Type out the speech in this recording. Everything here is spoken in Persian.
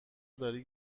داری